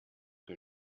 que